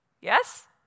Yes